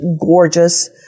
gorgeous